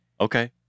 Okay